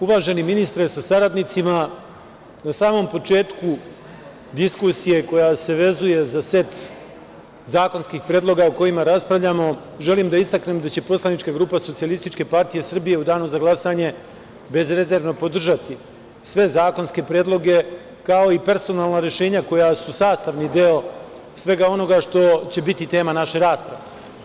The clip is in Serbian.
Uvaženi ministre sa saradnicima, na samom početku diskusije koja se vezuje za set zakonskih predloga o kojima raspravljamo, želim da istaknem da će poslanička grupa SPS u danu za glasanje bezrezervno podržati sve zakonske predloge, kao i personalna rešenja koja su sastavni deo svega onoga što će biti tema naše rasprave.